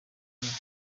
gukora